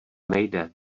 nejde